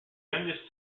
youngest